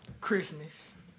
Christmas